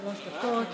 שלוש דקות לרשותך.